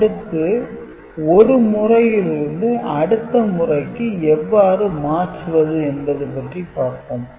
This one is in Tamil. அடுத்து ஒரு முறையிலிருந்து அடுத்த முறைக்கு எவ்வாறு மாற்றுவது என்பது பற்றி பார்ப்போம்